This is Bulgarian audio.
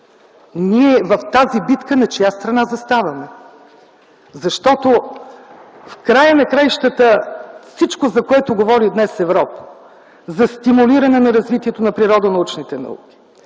В тази битка на чия страна заставаме? Защото в края на краищата всичко, за което говори днес Европа: за стимулиране на развитието на природонаучните науки,